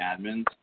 admins